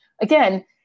Again